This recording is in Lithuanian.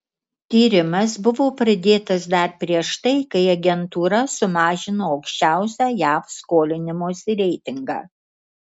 tyrimas buvo pradėtas dar prieš tai kai agentūra sumažino aukščiausią jav skolinimosi reitingą